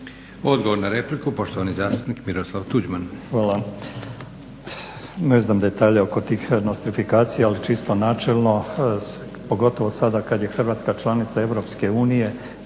Odgovor na repliku, poštovani zastupnik Miroslav Tuđman.